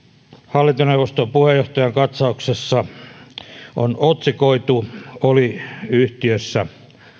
hallintoneuvoston puheenjohtajan katsauksessa on otsikoitu oli yhtiössä